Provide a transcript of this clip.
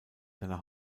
seiner